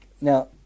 Now